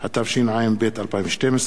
התשע"ב 2012,